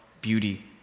beauty